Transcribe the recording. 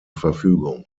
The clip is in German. verfügung